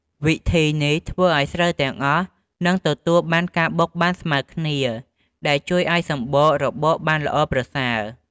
វិធីនេះ ធ្វើឲ្យស្រូវទាំងអស់នឹងទទួលបានការបុកបានស្មើគ្នា ដែលជួយឱ្យសម្បករបកបានល្អប្រសើរ។